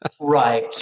Right